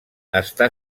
està